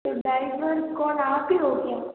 तो ड्राइवर कौन आप ही हो क्या